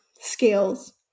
scales